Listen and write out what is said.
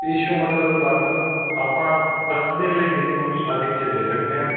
issue ਮਤਲਬ ਤੁਹਾਨੂੰ ਆਪਾਂ ਦਸ ਦਿਨ ਲਈ ਮਿਨੀਮਮ ਸਟਾਰਟਿੰਗ 'ਚ ਦੇ ਸਕਦੇ ਹਾਂ